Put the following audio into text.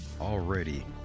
already